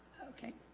okay